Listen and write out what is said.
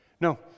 No